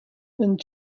and